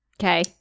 Okay